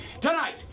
tonight